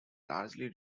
largely